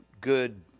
good